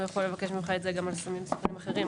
הוא יכול לבקש ממך את זה גם על סמים מסוכנים אחרים,